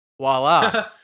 voila